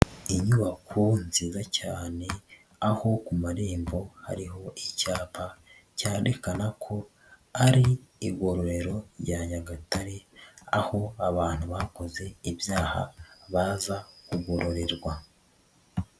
Inyubako nziza cyane aho ku marembo hariho icyapa kerekana ko ari igorero rya Nyagatare aho abantu bakoze ibyaha baza kugororerwa.